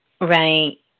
Right